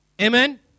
Amen